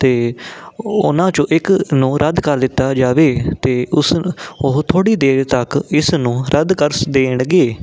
ਅਤੇ ਉਹਨਾਂ 'ਚੋਂ ਇੱਕ ਨੂੰ ਰੱਦ ਕਰ ਦਿੱਤਾ ਜਾਵੇ ਅਤੇ ਉਸ ਉਹ ਥੋੜ੍ਹੀ ਦੇਰ ਤੱਕ ਇਸ ਨੂੰ ਰੱਦ ਕਰ ਦੇਣਗੇ